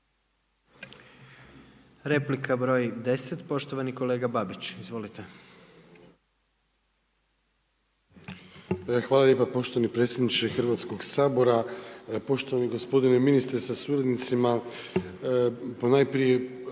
Hvala lijepo poštovani predsjedniče Hrvatskog sabora. Poštovani gospodine ministre sa suradnicima. Ponajprije